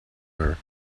her